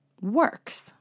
works